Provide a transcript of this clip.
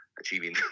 achieving